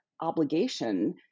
obligation